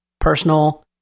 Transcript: personal